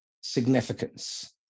significance